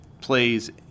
plays